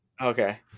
Okay